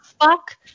fuck